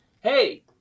hey